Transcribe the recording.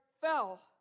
fell